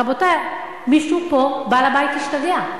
רבותי, מישהו פה, בעל-הבית השתגע.